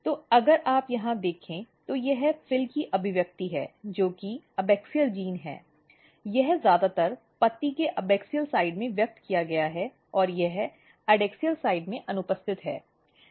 तो अगर आप यहाँ देखें तो यह FIL की अभिव्यक्ति है जो एबाक्सिअल जीन है यह ज्यादातर पत्ती के एबॅक्सियल साइड में व्यक्त किया गया है और यह एडैक्सियल साइड में अनुपस्थित है